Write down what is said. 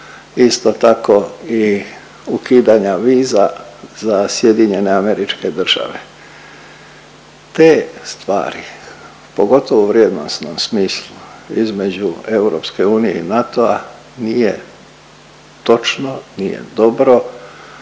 isto tako i ukidanja viza za SAD. Te stvari pogotovo u vrijednosnom smislu između EU i NATO-a nije točno, nije dobro